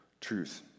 truth